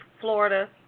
Florida